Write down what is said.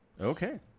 Okay